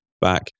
back